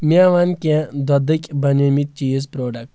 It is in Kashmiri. مےٚ وَن کینٛہہ دۄدٕکۍ بَنے مٕتۍ چیٖز پرٛوڈکٹ